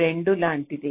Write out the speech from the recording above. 2 లాంటిదే